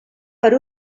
per